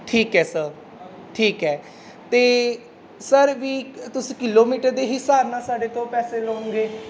ਠੀਕ ਹੈ ਸਰ ਠੀਕ ਹੈ ਅਤੇ ਸਰ ਵੀ ਤੁਸੀਂ ਕਿਲੋਮੀਟਰ ਦੇ ਹਿਸਾਬ ਨਾਲ ਸਾਡੇ ਤੋਂ ਪੈਸੇ ਲਵੋਂਗੇ